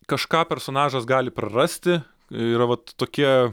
kažką personažas gali prarasti yra vat tokie